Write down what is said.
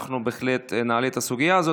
בהחלט נעלה את הסוגיה הזאת.